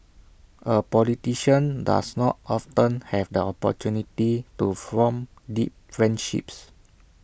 A politician does not often have the opportunity to form deep friendships